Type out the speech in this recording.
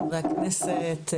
חברי הכנסת,